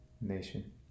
nation